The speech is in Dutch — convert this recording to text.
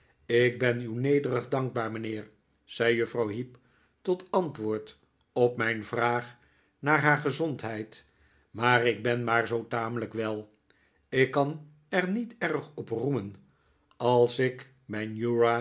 ik ben u nederig dankbaar mijnheer zei juffrouw heep tot antwoord op mijn vraag naar haar gezondheid maar ik ben maar zoo tamelijk wel ik kan er niet erg op roemen als ik mijn